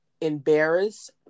embarrassed